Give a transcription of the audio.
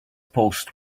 post